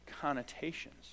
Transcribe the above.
connotations